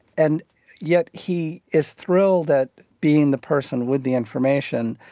and yet he is thrilled at being the person with the information.